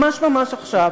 ממש ממש עכשיו,